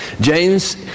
James